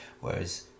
whereas